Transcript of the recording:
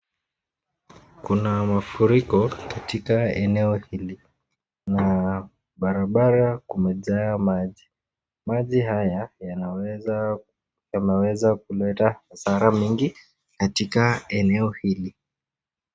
Kuna mafuriko katika eneo hili na barabara kumejaa maji. Maji haya yameweza kuleta hasara mingi katika eneo hili.